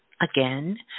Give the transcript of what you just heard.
again